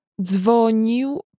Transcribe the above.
dzwonił